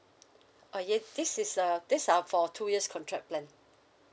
uh yes this is uh this are for two years contract plan